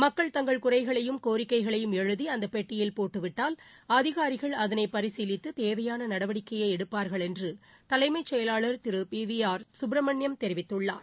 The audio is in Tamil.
மக்கள் தங்கள் குறைகளையும் கோரிக்கைகளையும் எழுதி அந்தப் பெட்டியில் போட்டுவிட்டால் அதிகாரிகள் அதனை பரிசீலித்து தேவையான நடவடிக்கையை எடுப்பார்கள் என்று தலைமைச் செயலாளர் Thiru P V R Subramaniam தெரிவித்துள்ளார்